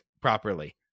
properly